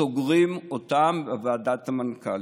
סוגרים אותם בוועדת המנכ"לים.